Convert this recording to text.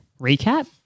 recap